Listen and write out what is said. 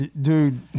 dude